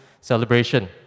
celebration